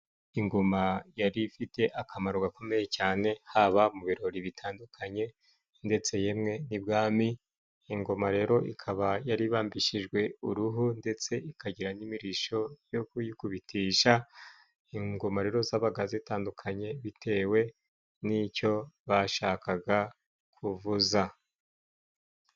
Ingoma yari ifite akamaro gakomeye cyane haba mu birori bitandukanye ndetse yemwe n'ibwami, ingoma rero ikaba yari ibambishijwe uruhu ndetse ikagira n'imirisho yo kuyikubitisha, ingoma rero zabaga zitandukanye bitewe n'icyo bashakaga kuvuza.